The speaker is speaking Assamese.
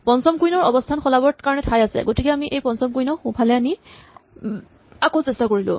পঞ্চম কুইন ৰ অৱস্হান সলাবৰ কাৰণে ঠাই আছে গতিকে আমি এই পঞ্চম কুইন ক সোঁফালে নি আকৌ চেষ্টা কৰিলো